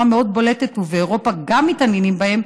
מאוד בולטת ובאירופה גם מתעניינים בהם,